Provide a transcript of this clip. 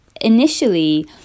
initially